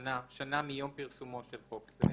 "שנה מיום פרסומו של חוק זה.